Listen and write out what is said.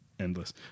Endless